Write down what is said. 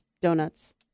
donuts